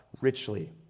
richly